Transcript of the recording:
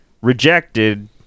rejected